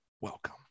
welcome